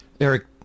eric